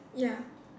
ya